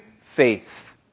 faith